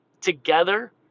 Together